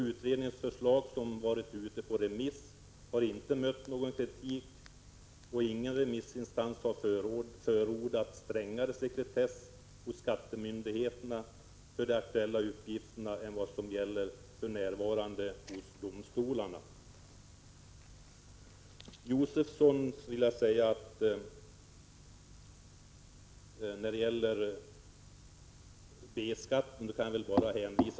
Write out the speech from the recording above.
Utredningens förslag, som varit ute på remiss, har inte mött någon kritik, och ingen remissinstans har förordat strängare sekretess hos skattemyndigheterna för de aktuella uppgifterna än vad som gäller för närvarande hos domstolarna.